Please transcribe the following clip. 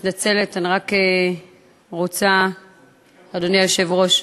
אני מתנצלת, אדוני היושב-ראש.